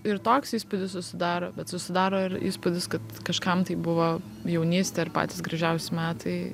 ir toks įspūdis susidaro bet susidaro ir įspūdis kad kažkam tai buvo jaunystė ir patys gražiausi metai